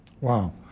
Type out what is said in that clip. Wow